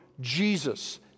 Jesus